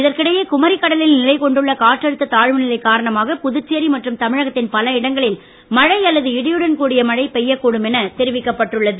இதற்கிடையே குமரிக்கடலில் நிலைகொண்டுள்ள காற்றழுத்த தாழ்வு நிலை காரணமாக புதுச்சேரி மற்றும் தமிழகத்தின் பல இடங்களில் மழைஅல்லது இடியுடன் கூடிய மழை பெய்யக்கூடும் என தெரிவிக்கப்பட்டுள்ளது